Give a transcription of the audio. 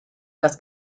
las